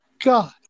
God